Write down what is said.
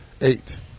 Eight